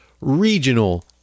regional